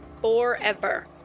Forever